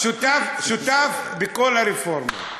אני שותף בכל הרפורמות.